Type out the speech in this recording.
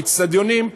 אצטדיונים,